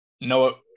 no